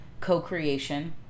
co-creation